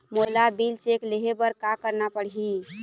मोला bill check ले हे बर का करना पड़ही ही?